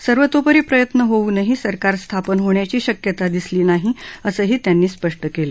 सर्वतोपरी प्रयत्न होऊनही सरकार स्थापन होण्याची शक्यता दिसली नाही असंही त्यांनी स्पष्ट केलं